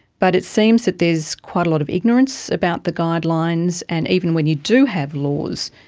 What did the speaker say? but it seems that there is quite a lot of ignorance about the guidelines, and even when you do have laws,